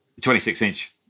26-inch